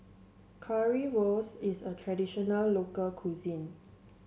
Currywurst is a traditional local cuisine